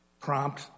prompt